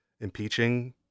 impeaching